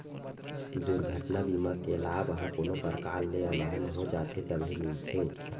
दुरघटना बीमा के लाभ ह कोनो परकार ले अलहन हो जाथे तभे मिलथे